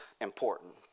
important